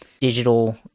digital